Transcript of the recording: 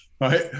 right